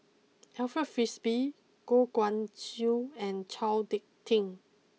Alfred Frisby Goh Guan Siew and Chao Hick Tin